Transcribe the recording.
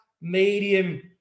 medium